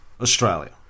Australia